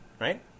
right